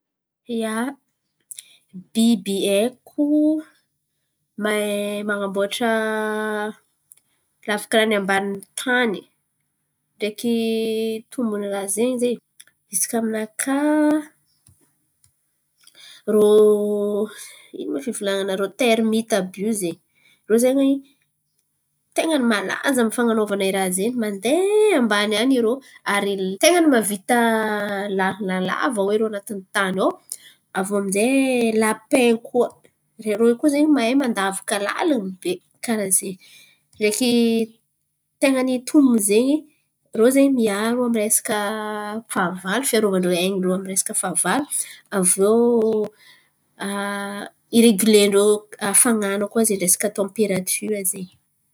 Ia, biby haiko mahay man̈aboatra lavaka-nany ambanin’ny tany ndraiky ndraiky tombony raha zen̈y izy kà aminakà. Ino mba fivolan̈ana? Irô terimity àby io zen̈y rô zen̈y ten̈a ny malaza amin’ny fan̈anovan̈a raha zen̈y. Mandeha ambany any rô ary ten̈a ny mavita lalàna lava oe irô anatiny tany ao zen̈y. Aviô amizay lapin koa rô koa zen̈y mahay mandavaka laliny be karà ze rô zen̈y miaro resaka fahavalo fiarovan-drô amy resaka fahavalo. Aviô iregilen-drô hafan̈ana resaka tamperatira zen̈y.